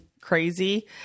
crazy